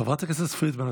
חברת הכנסת פרידמן,